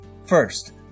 First